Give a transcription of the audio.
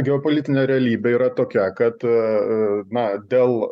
geopolitinė realybė yra tokia kad na dėl